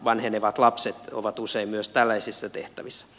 vanhenevat lapset ovat usein myös tällaisissa tehtävissä